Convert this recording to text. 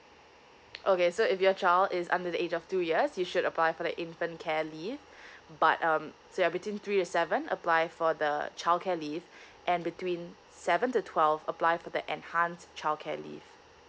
okay so if your child is under the age of two years you should apply for the infant care leave but um so between three to seven apply for the childcare leave and between seven to twelve apply for the enhanced childcare leave